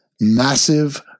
massive